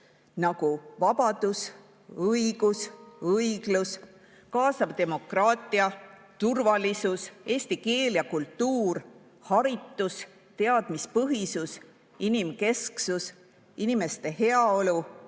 nagu vabadus, õigus, õiglus, kaasav demokraatia, turvalisus, eesti keel ja kultuur, haritus, teadmispõhisus, inimkesksus, inimeste heaolu,